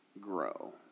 grow